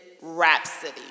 Rhapsody